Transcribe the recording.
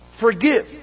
forgive